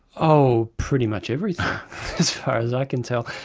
oh, pretty much everything as far as i can tell.